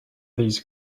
these